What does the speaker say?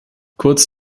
kurz